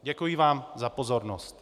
Děkuji vám za pozornost.